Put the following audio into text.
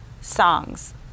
songs